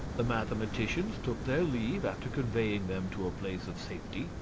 the mathematicians took their leave after conveying them to a place of safety,